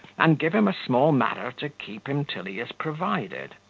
and give him a small matter to keep him till he is provided.